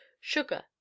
sugar